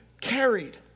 carried